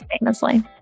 Famously